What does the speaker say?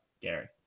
Gary